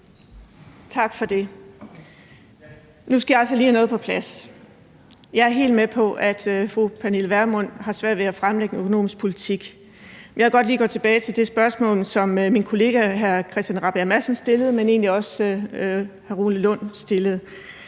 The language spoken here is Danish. Tak for det. Nu skal jeg altså lige have noget på plads. Jeg er helt med på, at fru Pernille Vermund har svært ved at fremlægge en økonomisk politik, men jeg vil godt lige gå tilbage til det spørgsmål, som min kollega hr. Christian Rabjerg Madsen stillede, og som hr. Rune Lund stillede.